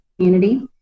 community